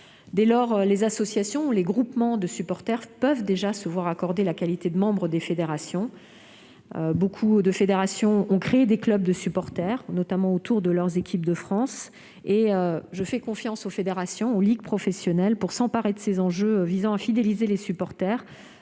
Les associations ou les groupements de supporters peuvent donc déjà se voir accorder la qualité de membres des fédérations. Beaucoup de fédérations ont créé des clubs de supporters, notamment autour de leurs équipes de France. Je fais confiance aux fédérations ou aux ligues professionnelles pour s'emparer de l'enjeu de la fidélisation des supporters,